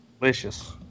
delicious